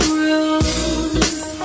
rose